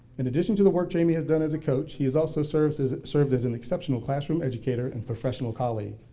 in addition to the work jamie has done as a coach, he has also serves as, served as an exceptional classroom educator and professional colleague.